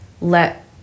let